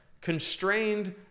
constrained